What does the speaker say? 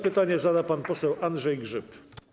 Pytanie zada pan poseł Andrzej Grzyb.